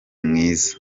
mwiza